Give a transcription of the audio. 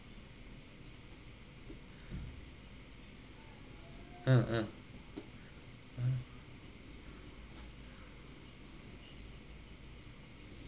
uh uh uh